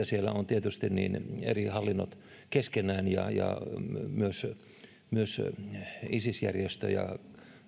siellä on tietysti eri hallinnot keskenään ja ja myös isis järjestö ja